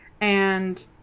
and-